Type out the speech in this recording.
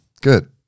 good